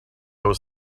was